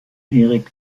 erik